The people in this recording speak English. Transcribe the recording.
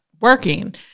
working